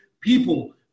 people